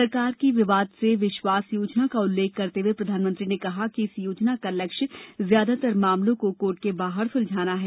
सरकार की विवाद से विश्वास योजना का उल्लेख करते हुए प्रधानमंत्री ने कहा कि इस योजना का लक्ष्य ज्यादातर मामलों को कोर्ट के बाहर सुलझाना है